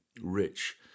rich